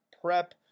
prep